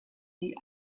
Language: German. die